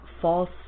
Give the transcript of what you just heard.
false